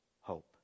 hope